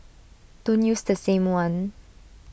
don't use the same one